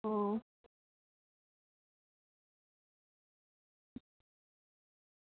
अं